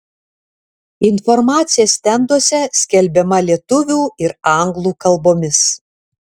informacija stenduose skelbiama lietuvių ir anglų kalbomis